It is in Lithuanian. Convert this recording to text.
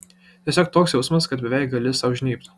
tiesiog toks jausmas kad beveik gali sau žnybt